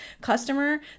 customer